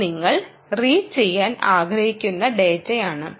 ഇത് നിങ്ങൾ റീഡ് ചെയ്യാൻ ആഗ്രഹിക്കുന്ന ഡാറ്റയാണ്